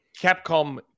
Capcom